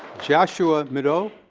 joshua monroe.